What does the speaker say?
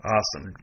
Awesome